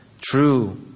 true